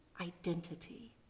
identity